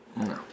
No